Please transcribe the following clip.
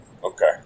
Okay